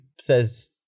says